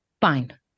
Fine